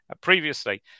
previously